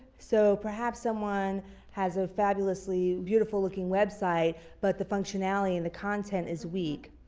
so perhaps someone has a fabulously beautiful looking website but the functionality in the content is weak.